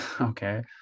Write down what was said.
Okay